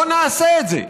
לא נעשה את זה.